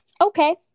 Okay